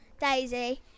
Daisy